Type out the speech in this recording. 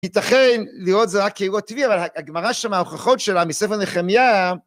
ייתכן לראות זה רק כאירוע טבעי אבל הגמרא שם ההוכחות שלה מספר נחמיה